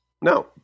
No